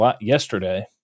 yesterday